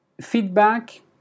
feedback